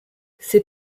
ses